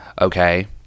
okay